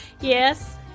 Yes